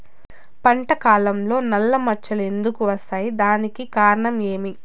పంట కాలంలో నల్ల మచ్చలు ఎందుకు వస్తాయి? దానికి కారణం ఏమి?